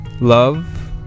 love